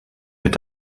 mit